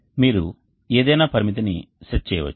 మీరు ఏదైనా పరిమితిని సెట్ చేయవచ్చు